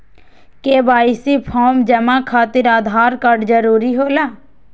KYC form जमा खातिर Aadhaar card जरूरी होला?